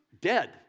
dead